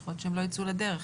יכול להיות שהן לא יצאו לדרך.